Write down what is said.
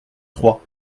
trois